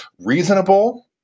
reasonable